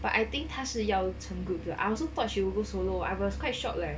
but I think 他是要 team group 的 I also thought she would go solo I was quite shock leh